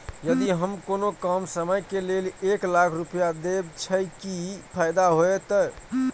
यदि हम कोनो कम समय के लेल एक लाख रुपए देब छै कि फायदा होयत?